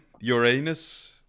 Uranus